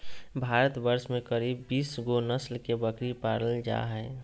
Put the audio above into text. भारतवर्ष में करीब बीस गो नस्ल के बकरी पाल जा हइ